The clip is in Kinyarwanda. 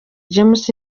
james